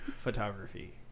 photography